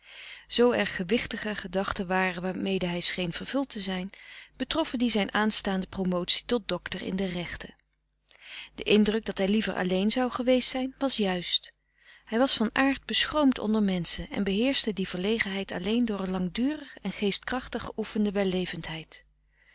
zoo er gewichtiger gedachten waren waarmede hij scheen vervuld te zijn betroffen die zijn aanstaande promotie tot doctor in de rechten de indruk dat hij liever alleen zou geweest zijn was juist hij was van aard beschroomd onder menschen en beheerschte die verlegenheid alleen door een langdurig en geestkrachtig geoefende wellevendheid